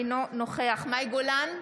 אינו נוכח מאי גולן,